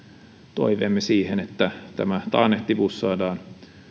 toiveemme siihen että tämä taannehtivuus saadaan